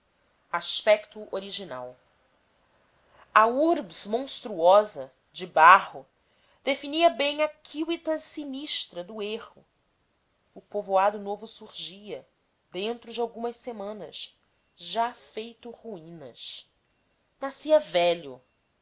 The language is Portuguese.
aspecto original a urbs monstruosa de barro definia bem a civitas sinistra do erro o povoado novo surgia dentro de algumas semanas já feito ruínas nascia velho